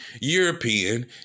European